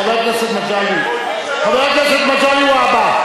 חבר הכנסת מגלי, חבר הכנסת מגלי והבה,